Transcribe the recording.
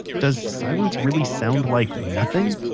does silence really sound like nothing?